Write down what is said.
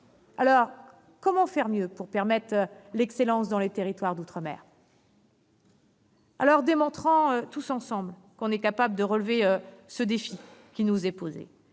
! Comment faire mieux pour permettre l'excellence dans les territoires d'outre-mer ? Démontrons tous ensemble que nous sommes capables de relever le défi qui nous est posé.